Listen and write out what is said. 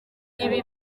ibi